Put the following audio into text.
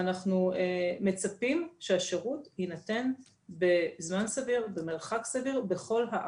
אנחנו מצפים שהשירות יינתן בזמן סביר ובמרחק סביר בכל הארץ.